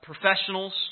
professionals